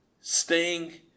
Sting